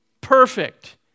perfect